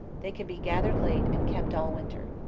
they can be gathered late and kept all winter.